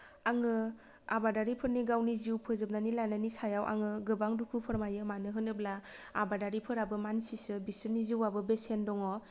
आङो आबादारिफोरनि गावनि जिउ फोजोबनानै लानायनि सायाव आङो गोबां दुखु फोरमायो मानो होनोब्ला आबादारिफोराबो मानसिसो बिसोरनि जिउआबो बेसेन दङ